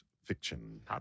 Fiction